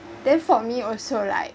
then for me also like